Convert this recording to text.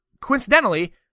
coincidentally